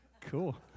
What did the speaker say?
Cool